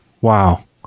Wow